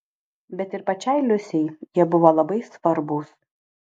bet ir pačiai liusei jie buvo labai svarbūs